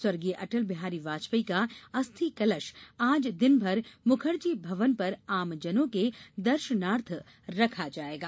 स्व अटल बिहारी वाजपेयी का अस्थि कलश आज दिनभर मुखर्जी भवन पर आमजनों के दर्शनार्थ रखा जायेगा